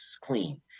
clean